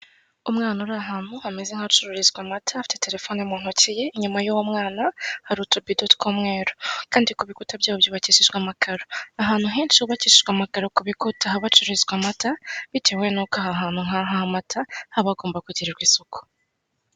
Umwana uri ahantu hameze nk'ahacururizwa amata, afite terefone mu ntoki, inyuma y'uwo mwana hari utubido tw'umweru, kandi ku bikuta byaho byubakishijwe amakaro, ahantu henshi hubakishijwe amakaro ku bikuta haba hacururizwa amata bitewe n'uko ahantu nk'aha h'amata, haba hagomba kugirirwa isuku.